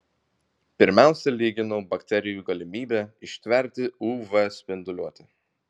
pirmiausia lyginau bakterijų galimybę ištverti uv spinduliuotę